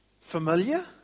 familiar